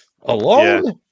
alone